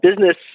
business